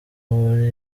mubiri